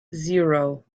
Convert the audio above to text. zero